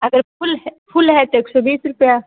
अगर फुल है फुल है तो एक सौ बीस रुपया